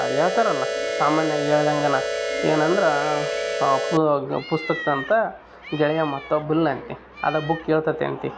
ಹೇಳ್ತಾರಲ್ಲಾ ಸಾಮಾನ್ಯವಾಗಿ ಹೆಳ್ದಂಗ ಏನಂದ್ರೆ ಆ ಅಪ್ಪು ಪುಸ್ತಕ್ದಂಥ ಗೆಳೆಯ ಮತ್ತೊಬ್ಬಿಲ್ಲ ಅಂತ ಅದು ಬುಕ್ ಹೇಳ್ತತಿ ಅಂತ